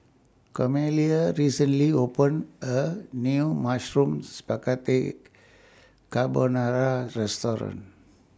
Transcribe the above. Cornelia recently opened A New Mushroom Spaghetti Carbonara Restaurant